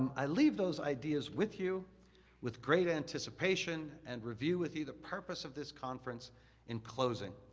i leave those ideas with you with great anticipation and review with you the purpose of this conference in closing.